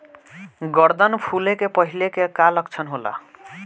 गर्दन फुले के पहिले के का लक्षण होला?